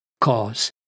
cause